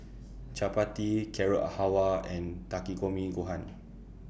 Chapati Carrot Halwa and Takikomi Gohan